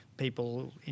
people